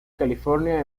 california